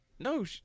No